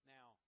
Now